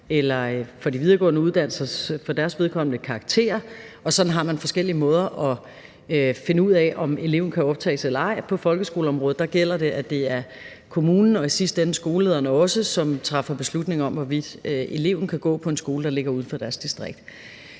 eller for de videregående uddannelsers vedkommende karakterer. Sådan har man forskellige måder at finde ud af, om eleven kan optages eller ej. På folkeskoleområdet gælder det, at det er kommunen og i sidste ende også skolelederen, som træffer beslutning om, hvorvidt eleven kan gå på en skole, der ligger uden for distriktet.